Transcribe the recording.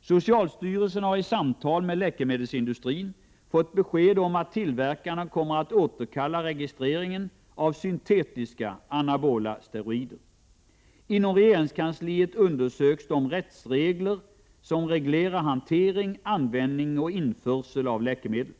Socialstyrelsen har i samtal med läkemedelsindustrin fått besked om att tillverkarna kommer att återkalla registreringen av syntetiska anabola steroider. Inom regeringskansliet undersöks de rättsregler som reglerar hantering, användning och införsel av läkemedel.